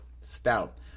Stout